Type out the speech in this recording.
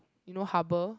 you know harbour